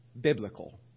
biblical